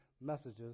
messages